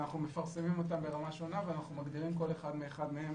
אנחנו מפרסמים אותם ברמה שונה ואנחנו מגדירים כל אחד ואחד מהם.